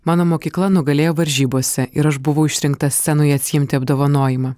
mano mokykla nugalėjo varžybose ir aš buvau išrinkta scenoje atsiimti apdovanojimą